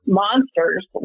monsters